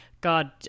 God